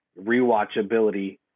rewatchability